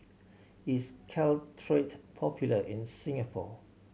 is Caltrate popular in Singapore